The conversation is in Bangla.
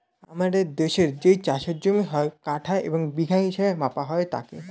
আমাদের দেশের যেই চাষের জমি হয়, কাঠা এবং বিঘা হিসেবে মাপা হয় তাকে